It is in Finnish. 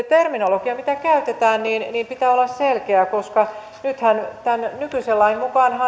terminologian mitä käytetään pitää olla selkeää koska nyt tämän nykyisen lain mukaanhan